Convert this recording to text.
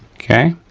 okay,